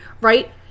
right